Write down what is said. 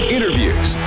Interviews